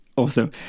Awesome